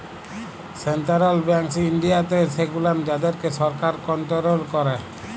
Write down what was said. central banks ইনডিয়াতে সেগুলান যাদেরকে সরকার কনটোরোল ক্যারে